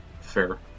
Fair